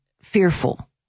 fearful